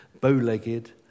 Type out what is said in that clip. bow-legged